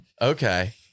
Okay